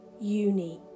unique